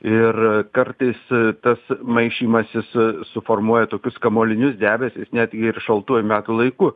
ir kartais tas maišymasis suformuoja tokius kamuolinius debes jis netgi ir šaltuoju metų laiku